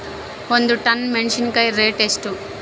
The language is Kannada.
ಒಂದು ಟನ್ ಮೆನೆಸಿನಕಾಯಿ ರೇಟ್ ಎಷ್ಟು?